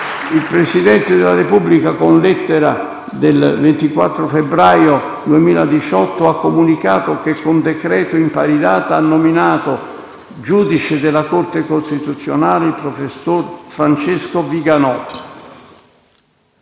Il Presidente della Repubblica, con lettera del 24 febbraio 2018, ha comunicato che, con decreto in pari data, ha nominato giudice della Corte costituzionale il professor Francesco Viganò.